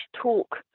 talk